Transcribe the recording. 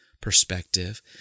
perspective